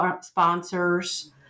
sponsors